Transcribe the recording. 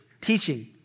teaching